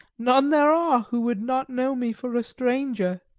none there are who would not know me for a stranger.